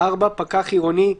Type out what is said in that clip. (4)פקח עירוני,